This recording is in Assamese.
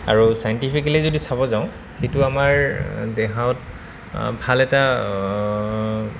আৰু চাইণ্টিফিকেলি যদি চাব যাওঁ সেইটো আমাৰ দেহত ভাল এটা